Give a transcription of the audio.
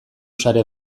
sare